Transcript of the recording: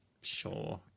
Sure